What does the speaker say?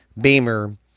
Beamer